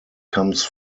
comes